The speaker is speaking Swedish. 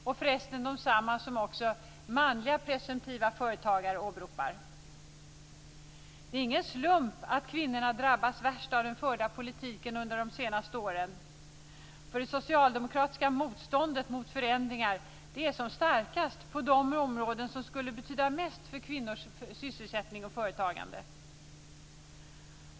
Det är förresten desamma som också manliga presumtiva företagare åberopar. Det är ingen slump att kvinnorna drabbas värst av den förda politiken under de senaste åren. Det socialdemokratiska motståndet mot förändringar är som starkast på de områden som skulle betyda mest för kvinnors sysselsättning och företagande.